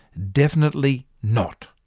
definitely not,